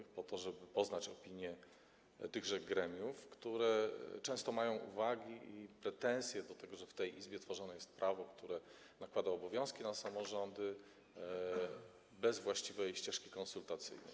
Chodzi o to, żeby poznać opinie tychże gremiów, które często mają uwagi, pretensje, że w tej Izbie tworzone jest prawo, które nakłada obowiązki na samorządy bez właściwej ścieżki konsultacyjnej.